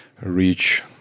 reach